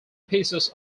pieces